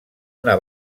una